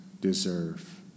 deserve